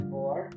Four